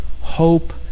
hope